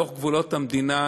בתוך גבולות המדינה,